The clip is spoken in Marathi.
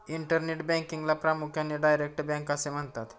इंटरनेट बँकिंगला प्रामुख्याने डायरेक्ट बँक असे म्हणतात